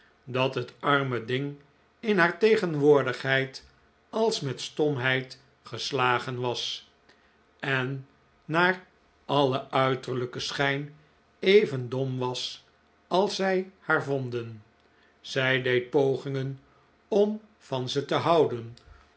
dat het arme ding in haar tegenwoordigheid als met stomheid geslagen was en naar alien uiterlijken schijn even dom was als zij haar vonden zij deed pogingen om van ze te houden